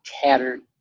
tattered